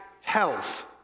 health